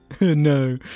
No